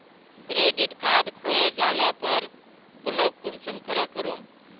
Credit card खोये जाले पर ब्लॉक कुंसम करे करूम?